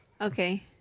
Okay